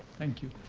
thank you.